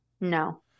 No